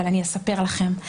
אבל אני אספר לכם.